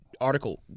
article